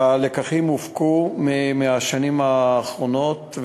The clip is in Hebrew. הלקחים הופקו מהשנים הקודמות,